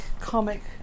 comic